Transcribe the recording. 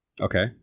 Okay